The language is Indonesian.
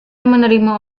menerima